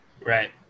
Right